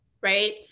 right